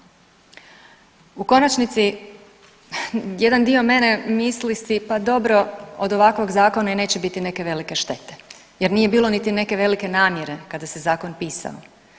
U konačnici jedan dio mene misli si pa dobro od ovakvog zakona i neće biti neke velike štete jer nije bilo niti neke velike namjere kada se zakon pisao.